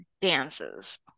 dances